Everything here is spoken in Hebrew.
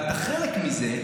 ואתה חלק מזה,